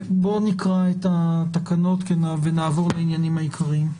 בואו נקרא את התקנות ונעבור לעניינים העיקריים.